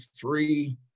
three